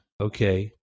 okay